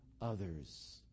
others